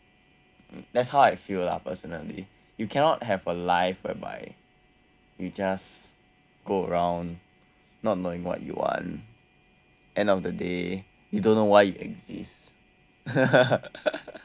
that's how I feel lah personally you cannot have a life whereby you just go around not knowing what you want end of the day you don't know why you exist